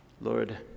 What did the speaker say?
Lord